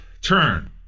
turn